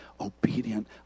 obedient